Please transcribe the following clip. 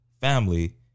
family